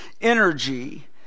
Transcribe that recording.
energy